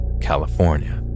California